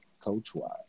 coach-wise